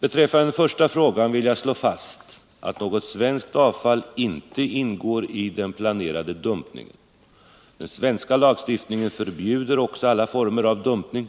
Beträffande den första frågan vill jag slå fast att något svenskt avfall inte ingår i den planerade dumpningen. Den svenska lagstiftningen förbjuder också alla former av dumpning.